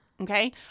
Okay